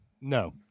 No